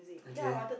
okay